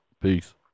Peace